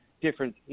different